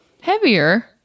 Heavier